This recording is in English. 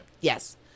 Yes